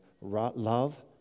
Love